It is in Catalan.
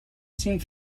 cinc